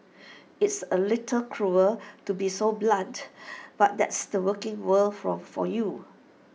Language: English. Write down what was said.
it's A little cruel to be so blunt but that's the working world from for you